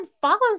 follows